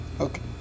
Okay